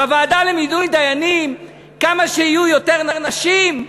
בוועדה למינוי דיינים, כמה שיהיו יותר נשים,